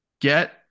Get